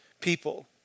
people